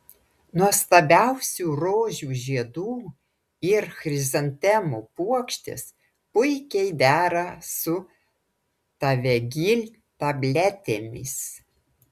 nuostabiausių rožių žiedų ir chrizantemų puokštės puikiai dera su tavegyl tabletėmis